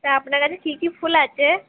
তা আপনার কাছে কী কী ফুল আছে